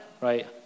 Right